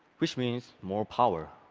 which means more power.